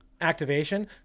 activation